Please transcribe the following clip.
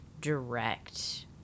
direct